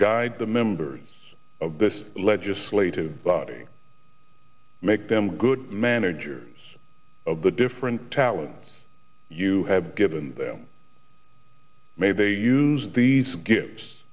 guide the members of this legislative body make them good managers of the different talents you have given them made a use these g